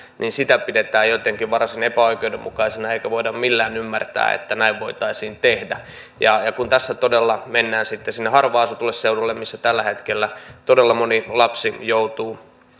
niin sitä pidetään jotenkin varsin epäoikeudenmukaisena eikä voida millään ymmärtää että näin voitaisiin tehdä kun todella mennään sinne harvaan asutulle seudulle missä tällä hetkellä todella moni lapsi joutuu